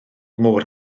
môr